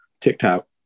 TikTok